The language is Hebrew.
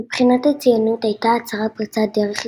מבחינת הציונות הייתה ההצהרה פריצת דרך היסטורית.